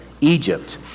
Egypt